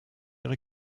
ihre